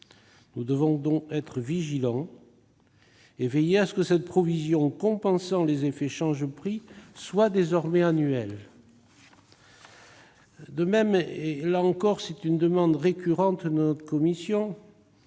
Nous devons donc être vigilants et veiller à ce que cette provision compensant les effets change-prix soit désormais annuelle. De même- là encore, c'est une demande récurrente de notre commission